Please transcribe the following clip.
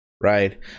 right